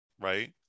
right